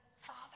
Father